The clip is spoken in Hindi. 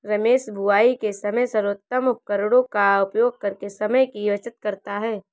रमेश बुवाई के समय सर्वोत्तम उपकरणों का उपयोग करके समय की बचत करता है